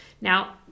Now